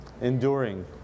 Enduring